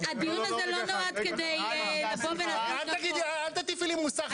הדיון הזה לא נועד כדי לבוא ולה --- אל תטיפי לי מוסר,